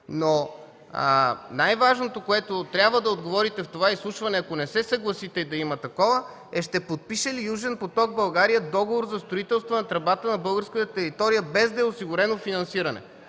Най-важното, на което трябва да отговорите в това изслушване, ако не се съгласите да има такова, е: ще подпише ли „Южен поток” – България, договор за строителство на тръбата на българската територия, без да е осигурено финансиране?